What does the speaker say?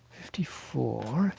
fifty four,